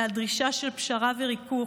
ודרישה לפשרה וריכוך.